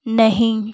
नहीं